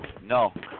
No